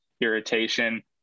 irritation